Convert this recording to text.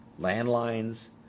landlines